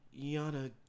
yana